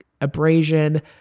abrasion